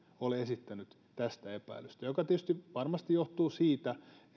ole esittänyt tästä epäilystä mikä tietysti varmasti johtuu siitä